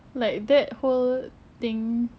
like that whole thing